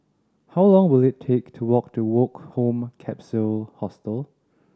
how long will it take to walk to Woke Home Capsule Hostel